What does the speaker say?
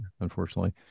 Unfortunately